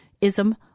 ism